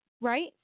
right